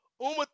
Uma